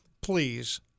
please